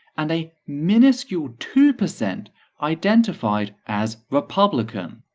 and a miniscule two percent identified as republican,